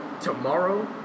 tomorrow